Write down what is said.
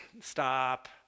stop